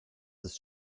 ist